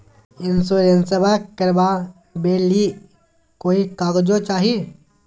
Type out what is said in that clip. इंसोरेंसबा करबा बे ली कोई कागजों चाही?